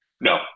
No